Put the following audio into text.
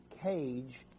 cage